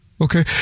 Okay